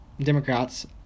Democrats